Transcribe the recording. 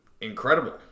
incredible